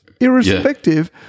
irrespective